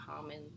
common